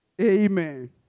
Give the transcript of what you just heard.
Amen